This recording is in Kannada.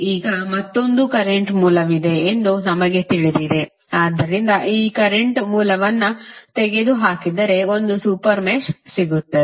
ಈಗ ಮತ್ತೊಂದು ಕರೆಂಟ್ ಮೂಲವಿದೆ ಎಂದು ನಮಗೆ ತಿಳಿದಿದೆ ಆದ್ದರಿಂದ ಈ ಕರೆಂಟ್ ಮೂಲವನ್ನು ತೆಗೆದುಹಾಕಿದರೆ ಒಂದು ಸೂಪರ್ ಮೆಶ್ ಸಿಗುತ್ತದೆ